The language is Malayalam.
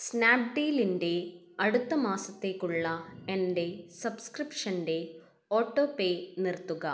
സ്നാപ്ഡീലിൻ്റെ അടുത്ത മാസത്തേക്കുള്ള എൻ്റെ സബ്സ്ക്രിപ്ഷൻ്റെ ഓട്ടോ പേ നിർത്തുക